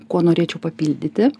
kuo norėčiau papildyti